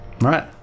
Right